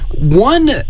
One